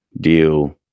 deal